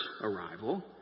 arrival